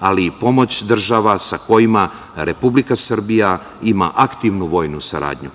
ali i pomoć država sa kojima Republika Srbija ima aktivnu vojnu saradnju.